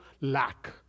lack